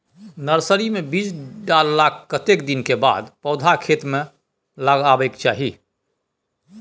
Nursery मे बीज डाललाक कतेक दिन के बाद पौधा खेत मे लगाबैक चाही?